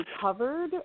covered